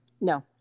No